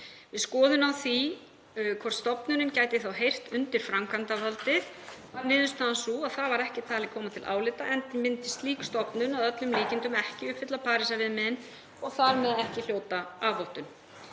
Við skoðun á því hvort stofnunin gæti þá heyrt undir framkvæmdavaldið varð niðurstaðan sú að það var ekki talið koma til álita, enda myndi slík stofnun að öllum líkindum ekki uppfylla Parísarviðmiðin og þar með ekki hljóta A-vottun.